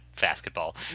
basketball